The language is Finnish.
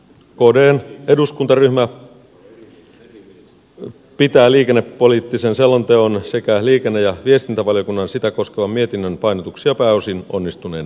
kdn eduskuntaryhmä pitää liikennepoliittisen selonteon sekä liikenne ja viestintävaliokunnan sitä koskevan mietinnön painotuksia pääosin onnistuneina